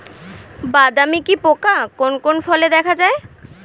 বাদামি কি পোকা কোন কোন ফলে দেখা যায়?